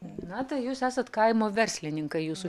na tai jūs esat kaimo verslininkai jūsų